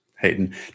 Hayden